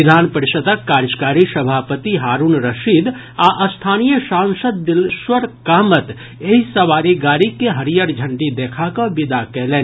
विधान परिषदक कार्यकारी सभापति हारूण रशीद आ स्थानीय सांसद दिलेश्वर कामत एहि सवारी गाड़ी के हरियर झंडी देखा कऽ विदा कयलनि